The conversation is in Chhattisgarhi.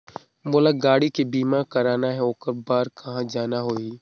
मोला गाड़ी के बीमा कराना हे ओकर बार कहा जाना होही?